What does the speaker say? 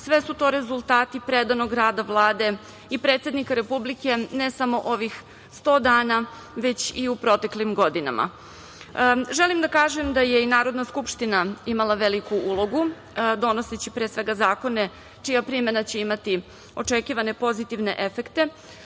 sve su to rezultati predanog rada Vlade i predsednika Republike ne samo ovih 100 dana, već i u proteklim godinama. Želim da kažem da je i Narodna skupština imala veliku ulogu donoseći pre svega zakone čija primena će imati očekivane pozitivne efekte. Vlada